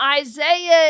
Isaiah